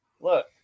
look